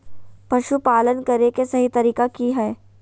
पशुपालन करें के सही तरीका की हय?